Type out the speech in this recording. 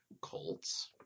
Colts